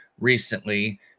recently